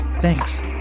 Thanks